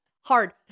hard